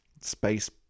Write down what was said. space